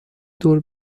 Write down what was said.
دور